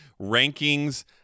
rankings